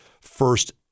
first